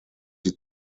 sie